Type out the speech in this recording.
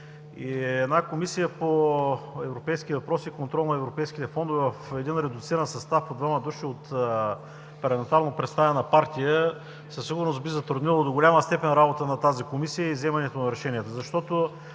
Една комисия по европейски въпроси и контрол на европейските фондове в редуциран състав от по двама души от парламентарно представена партия със сигурност би затруднило до голяма степен работата й и вземането на решенията.